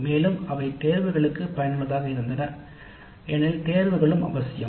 மேலும் அவை தேர்வுகளுக்கு பயனுள்ளதாக இருந்தன ஏனெனில் தேர்வுகளும் அவசியம்